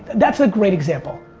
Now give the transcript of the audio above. that's a great example.